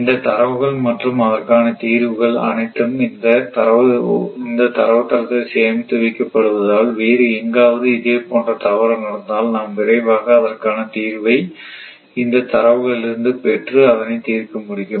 இந்த தரவுகள் மற்றும் அதற்கான தீர்வுகள் அனைத்தும் இந்த தரவுத்தளத்தில் சேமித்து வைக்கப் படுவதால் வேறு எங்காவது அதே போன்ற தவறு நடந்தால் நாம் விரைவாக அதற்கான தீர்வை இந்த தரவுகளிலிருந்து பெற்று அதனை தீர்க்க முடியும்